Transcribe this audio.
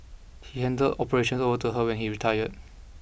he handed operations over to her when he retired